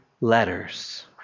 letters